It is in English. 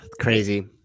Crazy